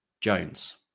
Jones